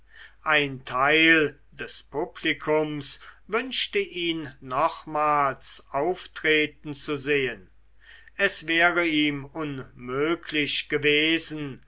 ein teil des publikums wünschte ihn nochmals auftreten zu sehen es wäre ihm unmöglich gewesen